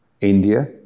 India